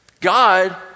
God